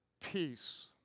Peace